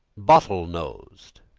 bottle-nosed,